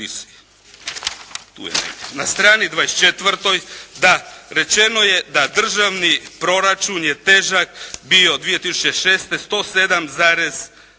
Na strani 24 da rečeno je da državni proračun je težak bio 2006. 107,7